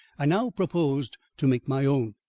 i now proposed to make my own,